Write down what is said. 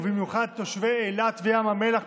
ובמיוחד תושבי אילת וים המלח,